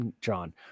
John